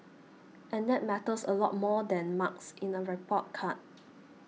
and that matters a lot more than marks in a report card